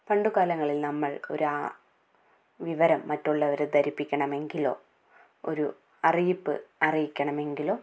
പണ്ടുകാലങ്ങളിൽ നമ്മൾ ഒരു ആ വിവരം മറ്റുള്ളവരെ ധരിപ്പിക്കണമെങ്കിലോ ഒരു അറിയിപ്പ് അറിയിക്കണമെങ്കിലോ